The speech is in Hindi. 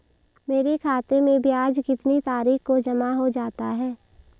मेरे खाते में ब्याज कितनी तारीख को जमा हो जाता है?